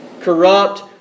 corrupt